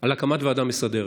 על הקמת ועדה מסדרת,